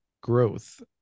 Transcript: growth